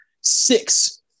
Six